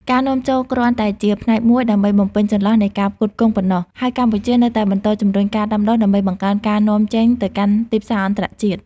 ការនាំចូលគ្រាន់តែជាផ្នែកមួយដើម្បីបំពេញចន្លោះនៃការផ្គត់ផ្គង់ប៉ុណ្ណោះ ហើយកម្ពុជានៅតែបន្តជំរុញការដាំដុះដើម្បីបង្កើនការនាំចេញទៅកាន់ទីផ្សារអន្តរជាតិ។